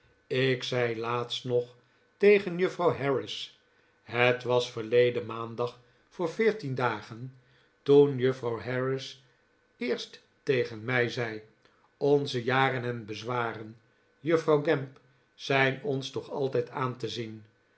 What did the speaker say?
ik zei laatst nog tegen juffrouw harris het was verleden maandag voor veertien dagen toen juffrouw harris eerst tegen mij zei onze jaren en bezwaren juffrouw gamp zijn ons toch altijd aan te zien